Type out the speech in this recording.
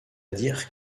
dire